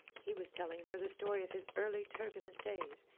he was telling her the story of his early turbulent days,